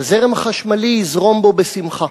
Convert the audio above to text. הזרם החשמלי יזרום בו בשמחה.